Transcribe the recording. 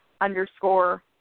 underscore